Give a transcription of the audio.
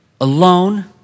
alone